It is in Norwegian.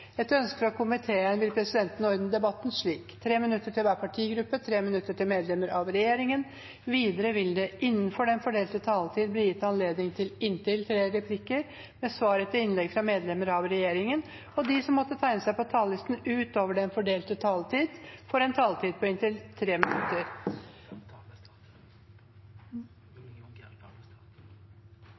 Etter ønske fra arbeids- og sosialkomiteen vil presidenten ordne debatten slik: 3 minutter til hver partigruppe og 3 minutter til medlemmer av regjeringen. Videre vil det – innenfor den fordelte taletid – bli gitt anledning til inntil tre replikker med svar etter innlegg fra medlemmer av regjeringen, og de som måtte tegne seg på talerlisten utover den fordelte taletid, får også en taletid på inntil 3 minutter.